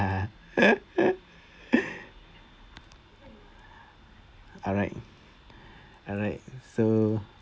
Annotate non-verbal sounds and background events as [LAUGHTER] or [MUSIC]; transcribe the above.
[LAUGHS] alright alright so